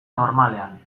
normalean